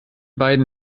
beiden